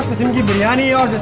sindhi biryani, ah